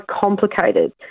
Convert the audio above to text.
complicated